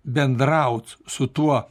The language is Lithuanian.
bendraut su tuo